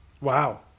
Wow